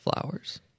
flowers